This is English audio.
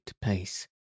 pace